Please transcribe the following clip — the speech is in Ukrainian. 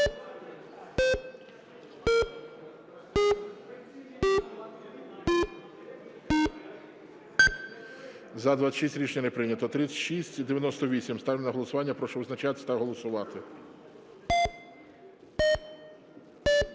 За-26 Рішення не прийнято. 3698 ставлю на голосування. Прошу визначатись та голосувати.